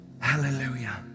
Hallelujah